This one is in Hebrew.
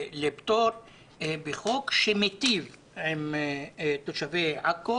לפטור בחוק שמיטיב עם תושבי עכו.